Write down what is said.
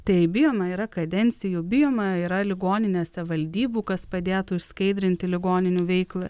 taip bijoma yra kadencijų bijoma yra ligoninėse valdybų kas padėtų išskaidrinti ligoninių veiklą